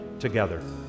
Together